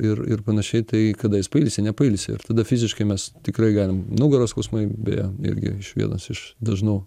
ir ir panašiai tai kada jis pailsi nepailsi ir tada fiziškai mes tikrai galim nugaros skausmai beje irgi iš vienas iš dažnų